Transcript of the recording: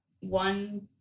one